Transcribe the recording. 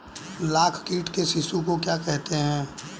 लाख कीट के शिशु को क्या कहते हैं?